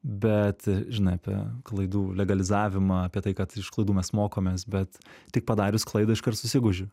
bet žinai apie klaidų legalizavimą apie tai kad iš klaidų mes mokomės bet tik padarius klaidą iškart susigūžiu